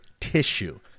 tissue